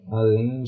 além